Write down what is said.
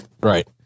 Right